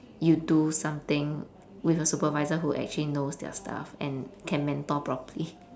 you do something with a supervisor who actually knows their stuff and can mentor properly